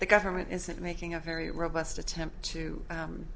the government isn't making a very robust attempt to